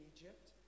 Egypt